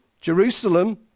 Jerusalem